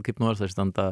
kaip nors aš ten tą